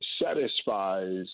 satisfies